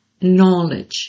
knowledge